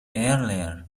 earlier